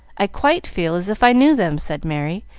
i quite feel as if i knew them, said merry,